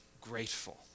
grateful